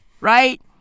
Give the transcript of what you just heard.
Right